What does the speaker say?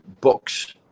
Books